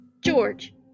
George